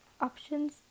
options